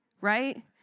right